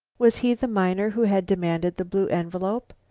was he the miner who had demanded the blue envelope?